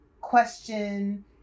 question